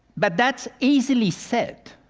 but that's easily said.